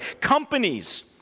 Companies